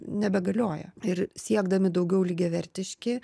nebegalioja ir siekdami daugiau lygiavertiški